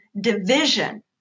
division